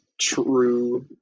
true